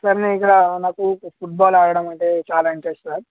sir నేను ఇక్కడ నాకు ఫుట్బాల్ ఆడటం అంటే చాలా ఇంట్రస్ట్ సార్